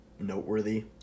noteworthy